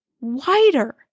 wider